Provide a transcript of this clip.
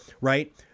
right